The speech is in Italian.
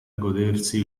godersi